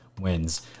wins